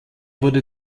wurde